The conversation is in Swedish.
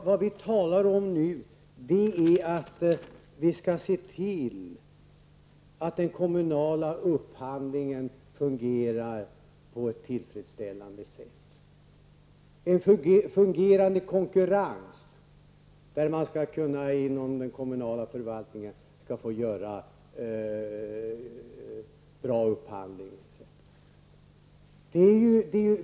Vad vi talar om nu är att vi skall se till att den kommunala upphandlingen fungerar på ett tillfredsställande sätt genom en fungerande konkurrens, där den kommunala förvaltningen skall kunna göra en bra upphandling.